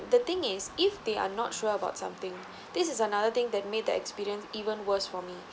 the thing is if they are not sure about something this is another thing that made the experience even worse for me